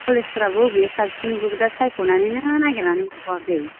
कलेजफ्राबो बबेया साबसिन बेखौबो दा सायख'नानैनो नागिरनानै मोनथ'वाखै